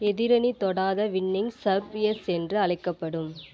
எதிரணி தொடாத winning serves என்று அழைக்கப்படும்